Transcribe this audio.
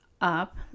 up